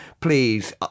please